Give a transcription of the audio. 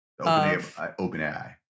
OpenAI